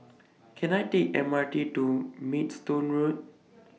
Can I Take M R T to Maidstone Road